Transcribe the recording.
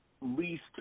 least